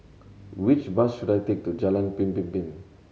which bus should I take to Jalan Pemimpin